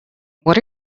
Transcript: what